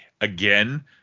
again